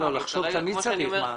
לחשוב תמיד צריך.